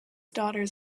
daughters